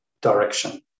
Direction